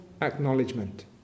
acknowledgement